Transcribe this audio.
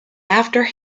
after